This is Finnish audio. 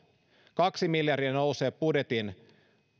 kaksi miljardia nousee budjetin